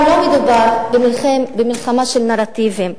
גם לא מדובר במלחמה של נרטיבים.